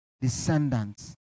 descendants